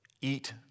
eat